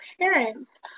parents